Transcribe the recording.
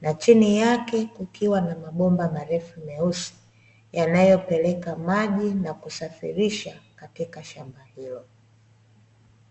na chini yake kukiwa na mabomba marefu meusi, yanayopeleka maji na kusafirisha katika shamba hilo.